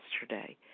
yesterday